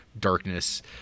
darkness